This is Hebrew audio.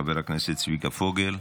חבר הכנסת צביקה פוגל,